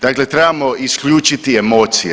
Dakle, trebamo isključiti emocije.